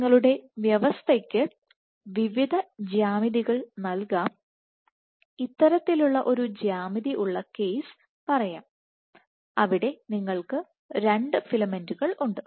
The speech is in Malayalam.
നിങ്ങളുടെ വ്യവസ്ഥയ്ക്ക് വിവിധ ജ്യാമിതികൾ നൽകാംഇത്തരത്തിലുള്ള ഒരു ജ്യാമിതി ഉള്ള കേസ് പറയാം അവിടെ നിങ്ങൾക്ക് രണ്ട് ഫിലമെന്റുകൾ ഉണ്ട്